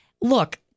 look